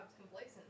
Complacent